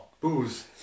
Booze